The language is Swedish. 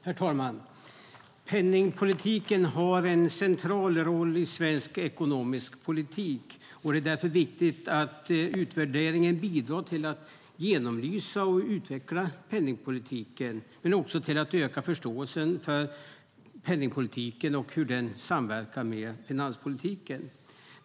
Herr talman! Penningpolitiken har en central roll i svensk ekonomisk politik. Det är därför viktigt att utvärderingen bidrar till att genomlysa och utveckla penningpolitiken och till att öka förståelsen för hur penningpolitiken samverkar med finanspolitiken.